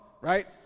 right